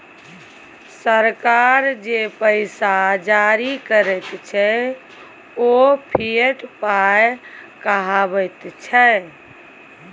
सरकार जे पैसा जारी करैत छै ओ फिएट पाय कहाबैत छै